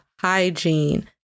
hygiene